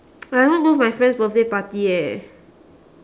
but I want go my friend's birthday party eh